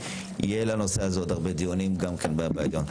שיהיה לנושא הזה עוד הרבה דיונים גם כן בעליון.